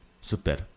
Super